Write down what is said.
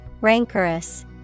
Rancorous